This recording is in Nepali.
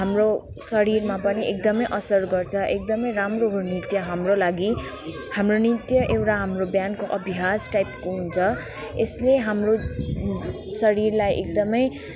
हाम्रो शरीरमा पनि एकदमै असर गर्छ एकदमै राम्रो हो नृत्य हाम्रो लागि हाम्रो नित्य एउटा हाम्रो बिहानको अभ्यास टाइपको हुन्छ यसले हाम्रो शरीरलाई एकदमै